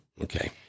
okay